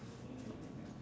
<S